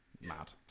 mad